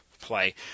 play